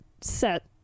set